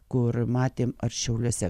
kur matėm ar šiauliuose